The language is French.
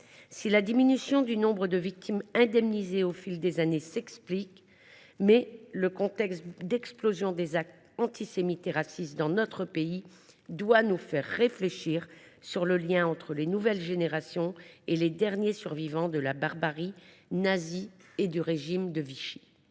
Si la diminution du nombre de victimes indemnisées au fil des années s’explique, le contexte d’explosion des actes antisémites et racistes dans notre pays doit nous faire réfléchir au lien entre les nouvelles générations et les derniers survivants de la barbarie nazie et du régime de Vichy.